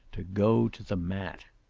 to go to the mat.